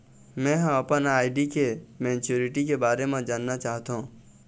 में ह अपन आर.डी के मैच्युरिटी के बारे में जानना चाहथों